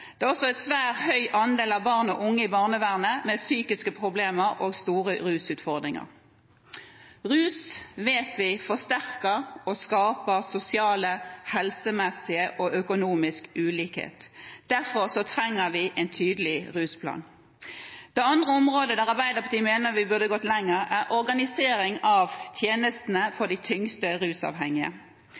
Det er også en svært stor andel av barn og unge i barnevernet med psykiske problemer og store rusutfordringer. Rus vet vi forsterker og skaper sosial, helsemessig og økonomisk ulikhet. Derfor trenger vi en tydelig rusplan. Det andre området der Arbeiderpartiet mener vi burde gått lenger, er organisering av tjenestene for de tyngste rusavhengige.